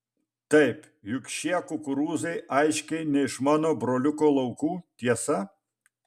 taip juk šie kukurūzai aiškiai ne iš mano broliuko laukų tiesa